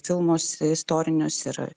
filmus istorinius ir